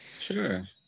Sure